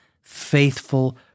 faithful